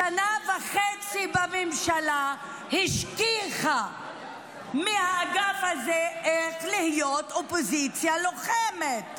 שנה וחצי בממשלה השכיחו מהאגף הזה איך להיות אופוזיציה לוחמת.